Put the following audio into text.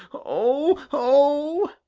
oh! oh!